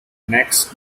next